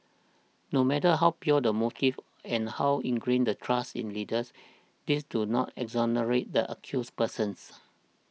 no matter how pure the motives and how ingrained the trust in leaders these do not exonerate the accused persons